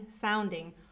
sounding